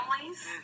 families